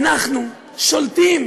אנחנו שולטים,